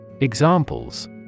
Examples